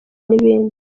n’ibindi